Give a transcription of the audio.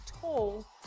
tall